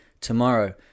tomorrow